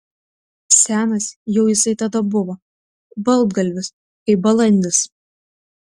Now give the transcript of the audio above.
senas jau jisai tada buvo baltgalvis kaip balandis